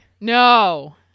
No